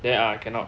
then ah cannot